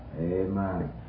Amen